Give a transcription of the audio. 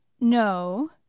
no